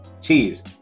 cheers